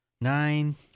Nine